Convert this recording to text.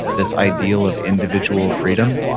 this ideal of individual freedom,